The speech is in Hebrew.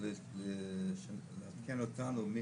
לדעת מי